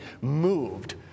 moved